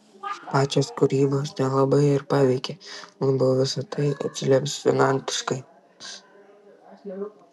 pačios kūrybos nelabai ir paveikė labiau visa tai atsilieps finansiškai